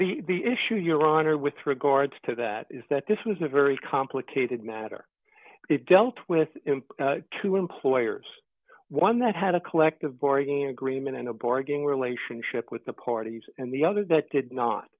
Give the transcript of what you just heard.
probably the issue your honor with regards to that is that this was a very complicated matter it dealt with two employers one that had a collective bargaining agreement in a bargaining relationship with the parties and the other that did not